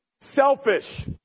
selfish